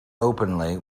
openly